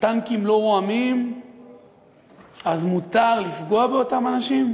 הטנקים לא רועמים אז מותר לפגוע באותם האנשים?